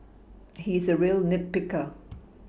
he is a real nit picker